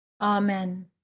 Amen